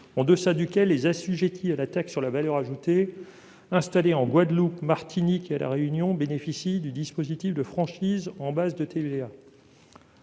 en deçà duquel les assujettis à la TVA installés en Guadeloupe, en Martinique et à La Réunion bénéficient du dispositif de franchise en base de TVA.